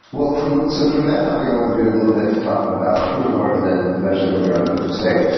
well, from so from that topic i want to veer a little bit to talking about proof of work and then eventually moving on to proofs of stake.